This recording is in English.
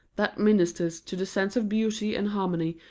that ministers to the sense of beauty and harmony,